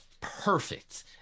perfect